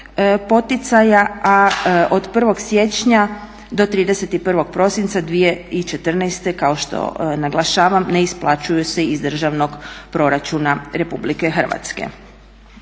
poticaja, a od 1. siječnja do 31.12.2014. kao što naglašavam ne isplaćuju se iz državnog proračuna RH. Ovaj